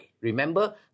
remember